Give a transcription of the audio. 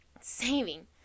saving